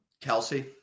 Kelsey